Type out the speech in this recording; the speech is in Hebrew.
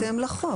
לא, בהתאם לחוק.